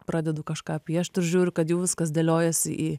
pradedu kažką piešt ir žiūriu kad jau viskas dėliojasi į